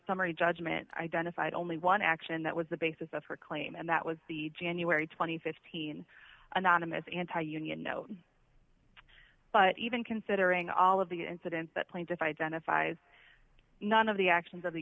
summary judgment identified only one action that was the basis of her claim and that was the january th teen anonymous anti union no but even considering all of the incidents that plaintiff identifies none of the actions of the